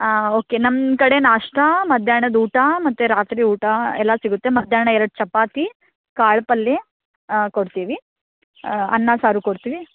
ಹಾಂ ಓಕೆ ನಮ್ಮ ಕಡೆ ನಾಷ್ಟಾ ಮಧ್ಯಾಹ್ನದ ಊಟ ಮತ್ತು ರಾತ್ರಿ ಊಟ ಎಲ್ಲ ಸಿಗುತ್ತೆ ಮಧ್ಯಾಹ್ನ ಎರಡು ಚಪಾತಿ ಕಾಳು ಪಲ್ಯ ಕೊಡ್ತೀವಿ ಅನ್ನ ಸಾರು ಕೊಡ್ತೀವಿ